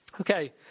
Okay